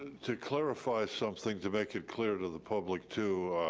to clarify something to make it clear to the public too,